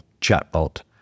chatbot